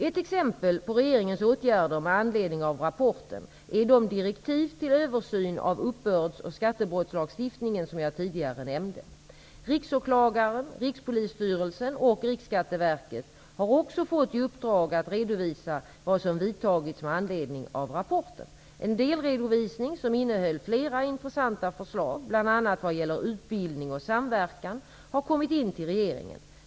Ett exempel på regeringens åtgärder med anledning av rapporten är de direktiv till översyn av uppbörds och skattebrottslagstiftningen som jag tidigare nämnde. Riksåklagaren, Rikspolisstyrelsen och Riksskatteverket har också fått i uppdrag att redovisa vad som vidtagits med anledning av rapporten. En delredovisning som innehöll flera intressanta förslag bl.a. vad gäller utbildning och samverkan har kommit in till regeringen.